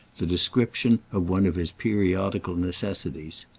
the description of one of his periodical necessities.